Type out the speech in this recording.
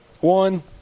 One